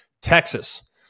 Texas